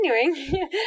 Continuing